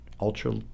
ultra